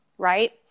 right